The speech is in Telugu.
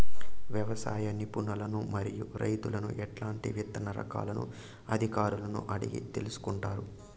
వ్యవసాయ నిపుణులను మరియు రైతులను ఎట్లాంటి విత్తన రకాలను అధికారులను అడిగి తెలుసుకొంటారు?